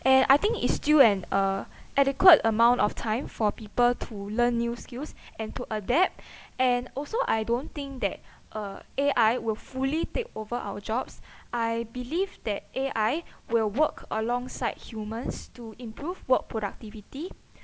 and I think it's still and uh adequate amount of time for people to learn new skills and to adapt and also I don't think that uh A_I will fully take over our jobs I believe that A_I will work alongside humans to improve work productivity